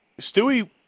Stewie